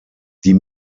die